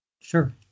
Sure